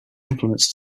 implements